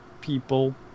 people